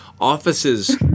Offices